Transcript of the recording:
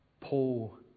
Paul